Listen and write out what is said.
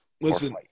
Listen